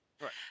Right